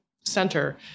center